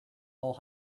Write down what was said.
old